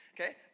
Okay